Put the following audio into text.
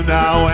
now